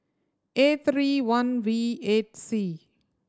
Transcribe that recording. A three one V eight C